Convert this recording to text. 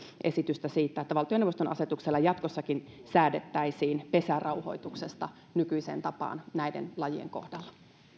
esitystä siitä että valtioneuvoston asetuksella jatkossakin säädettäisiin pesärauhoituksesta nykyiseen tapaan näiden lajien kohdalla